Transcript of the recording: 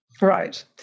Right